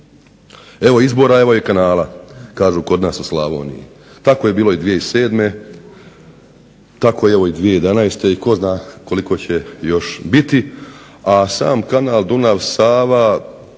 Evo izbora, evo i kanala kažu kod nas u Slavoniji. Tako je bilo i 2007., tako je evo i 2011., tko zna koliko će još biti, a sam kanal Dunav-Sava